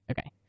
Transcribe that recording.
okay